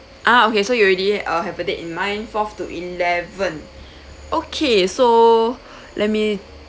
ah okay so you already uh have a date in mind fourth to eleven okay so let me